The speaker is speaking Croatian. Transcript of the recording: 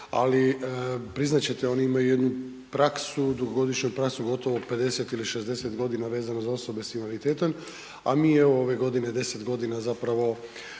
ali, priznat ćete, oni imaju jednu praksu, dugogodišnju praksu, gotovo 50 ili 60 godina vezano za osobe s invaliditetom, a mi evo, ove godine, 10 godina zapravo